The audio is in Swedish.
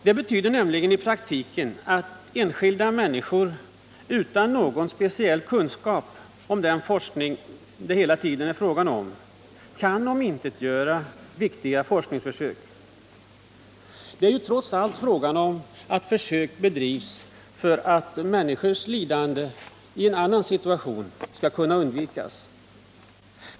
Det betyder nämligen i praktiken att enskilda människor utan någon speciell kunskap om den forskning som det hela tiden gäller kan omintetgöra viktiga forskningsförsök. Försöken bedrivs trots allt för att människors lidanden i en annan situation skall kunna undvikas.